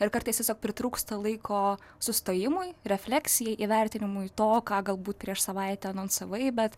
ir kartais tiesiog pritrūksta laiko sustojimui refleksijai įvertinimui to ką galbūt prieš savaitę anonsavai bet